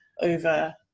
over